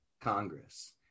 Congress